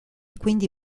quindi